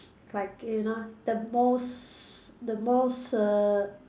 like you know the most the most err